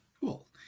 Cool